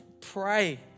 Pray